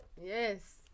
Yes